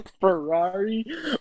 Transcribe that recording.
Ferrari